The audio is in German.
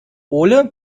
ole